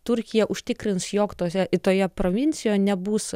turkija užtikrins jog tose į toje provincijoje nebus